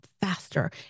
faster